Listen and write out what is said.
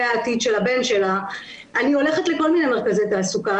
העתיד של הבן שלה אני הולכת לכל מיני מרכזי תעסוקה.